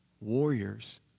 warriors